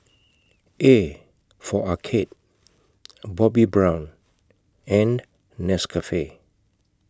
A For Arcade Bobbi Brown and Nescafe